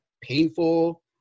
painful